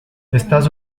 estás